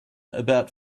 about